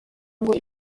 ngo